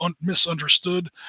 misunderstood